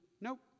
nope